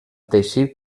teixit